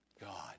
God